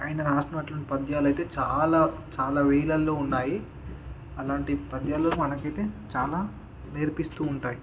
ఆయన వ్రాసినటువంటి పద్యాలైతే చాలా చాలా వేలలో ఉన్నాయి అలాంటి పద్యాలు మనకైతే చాలా నేర్పిస్తూ ఉంటాయి